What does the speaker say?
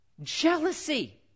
Jealousy